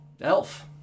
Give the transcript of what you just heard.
Elf